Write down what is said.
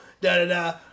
Da-da-da